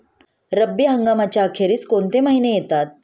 रब्बी हंगामाच्या अखेरीस कोणते महिने येतात?